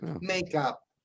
Makeup